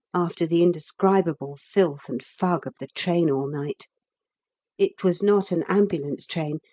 after the indescribable filth and fug of the train all night it was not an ambulance train,